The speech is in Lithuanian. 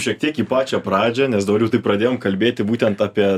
šiek tiek į pačią pradžią nes dabar jau taip pradėjom kalbėti būtent apie